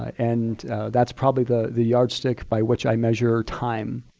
and that's probably the the yardstick by which i measure time,